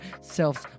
selves